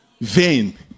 vain